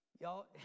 Y'all